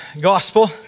Gospel